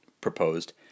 proposed